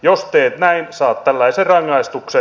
jos teet näin saat tällaisen rangaistuksen